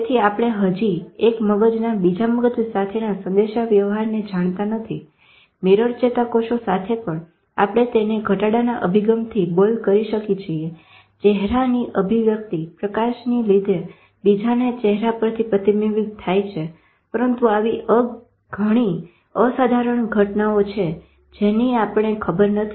તેથી આપણે હજી એક મગજના બીજા મગજ સાથેના સંદેશાવ્યવહારને જાણતા નથી મીરર ચેતાકોષ સાથે પણ આપણે તેને ઘટાડાના અભિગમથી બોઈલ કરી શકી છીએ ચેહરાની અભિવ્યક્તતી પ્રકાશને લીધે બીજાને ચેહરા પરથી પ્રતિબિંબિત થાય છે પરંતુ આવી ઘણી અસાધારણ ઘટનાઓ છે જેની આપણને ખબર નથી